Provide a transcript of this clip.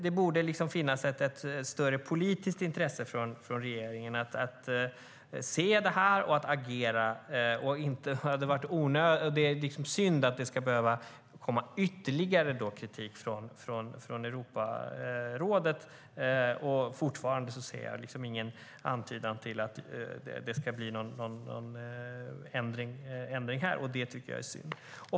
Det borde finnas ett större politiskt intresse från regeringen att se det här och agera. Det är synd att det ska behöva komma ytterligare kritik från Europarådet. Fortfarande ser jag ingen antydan till att det ska bli någon ändring, och det tycker jag är synd.